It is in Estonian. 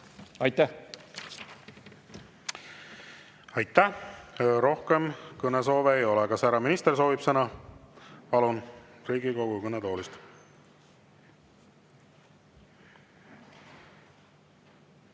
Aitäh! Aitäh! Rohkem kõnesoove ei ole. Kas härra minister soovib sõna? Palun, Riigikogu kõnetoolist!